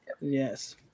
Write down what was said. Yes